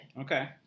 Okay